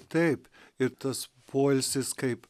taip ir tas poilsis kaip